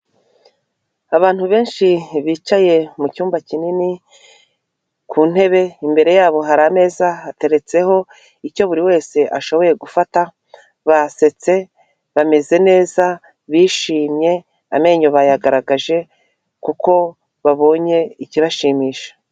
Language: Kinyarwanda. Abantu benshi bicaye mu cyumba kinini ku ntebe, imbere yabo hari amezateretseho icyo buri wese ashoboye gufata basetse bameze neza bishimye amenyo bayagaragaje kuko babonye ikibashimisha.